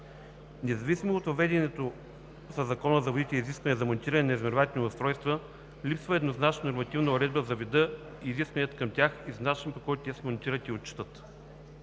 Независимо от въведеното със Закона за водите изискване за монтиране на измервателни устройства липсва еднозначна нормативна уредба за вида и изискванията към тях и за начина, по който те се монтират и отчитат.